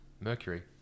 Mercury